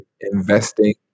investing